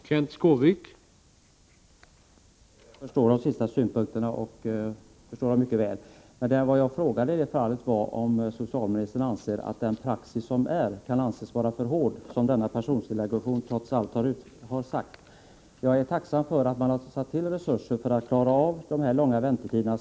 Herr talman! Jag förstår de sist framförda synpunkterna mycket väl. Men vad jag frågade var om socialministern anser att rådande praxis kan anses vara för hård, vilket den aktuella pensionsdelegationen trots allt har sagt. Jag är tacksam för att man har satt av resurser för att klara de långa väntetiderna.